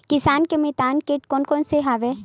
किसान के मितान कीट कोन कोन से हवय?